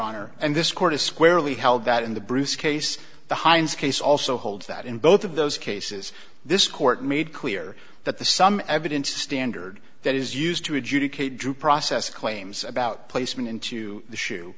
honor and this court is squarely held that in the bruce case the heinz case also holds that in both of those cases this court made clear that the some evidence standard that is used to adjudicate drew process claims about placement into the shoe